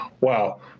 wow